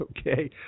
okay